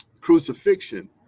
crucifixion